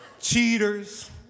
Cheaters